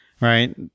right